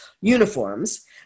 uniforms